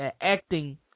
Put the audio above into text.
acting